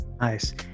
nice